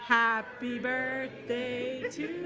happy birthday to you